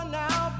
now